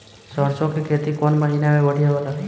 सरसों के खेती कौन महीना में बढ़िया होला?